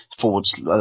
forwards